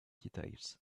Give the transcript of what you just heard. details